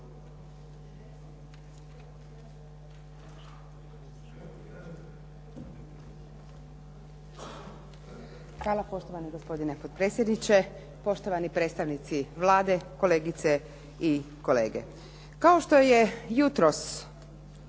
Hvala poštovani gospodine potpredsjedniče. Poštovani predstavnici Vlade, kolegice i kolege. Kao što je jutros